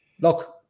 look